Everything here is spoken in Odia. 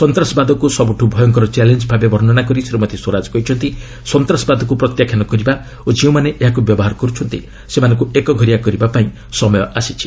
ସନ୍ତାସବାଦକୁ ସବୁଠୁ ଭୟଙ୍କର ଚ୍ୟାଲେଞ୍ଜ୍ ଭାବେ ବର୍ଣ୍ଣନା କରି ଶ୍ରୀମତୀ ସ୍ୱରାଜ କହିଛନ୍ତି ସନ୍ତାସବାଦକୁ ପ୍ରତ୍ୟାଖ୍ୟାନ କରିବା ଓ ଯେଉଁମାନେ ଏହାକୁ ବ୍ୟବହାର କରୁଛନ୍ତି ସେମାନଙ୍କୁ ଏକଘରିଆ କରିବା ପାଇଁ ସମୟ ଆସିଛି